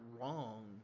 wrong